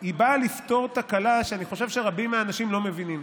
היא באה לפתור תקלה שאני חושב שרבים מהאנשים לא מבינים.